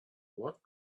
what